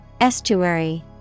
Estuary